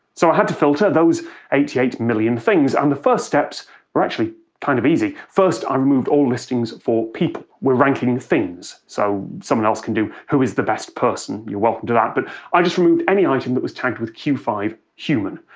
so i had to filter those eighty eight million things. and the first steps were actually kind of easy. first, i removed all listings for people. we're ranking things, so someone else can do who is the best person. you're welcome to that. but i just removed any item that was tagged with q five, human.